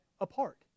apart